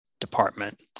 department